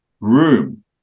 Room